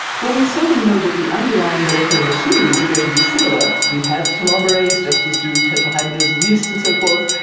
well we certainly know that the underlying molecular machineries are going to be similar. we have telomerase, just as do tetrahymenas and yeasts and so forth,